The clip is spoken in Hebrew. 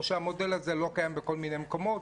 או שהמודל הזה לא קיים בכל מיני מקומות?